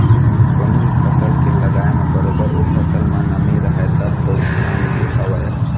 कोनो भी फसल के लगाय म बरोबर ओ फसल म नमी रहय तब तो काम के हवय